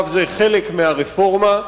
זה חלק מהרפורמה.